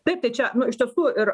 taip tai čia nu iš tiesų ir